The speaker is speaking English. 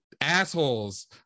assholes